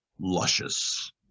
luscious